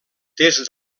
des